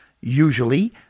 usually